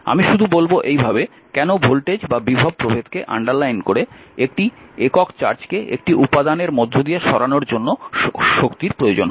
আমি শুধু বলবো এইভাবে কেন ভোল্টেজ বা বিভব প্রভেদকে আন্ডারলাইন করে একটি একক চার্জকে একটি উপাদানের মধ্য দিয়ে সরানোর জন্য শক্তির প্রয়োজন হয়